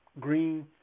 green